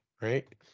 right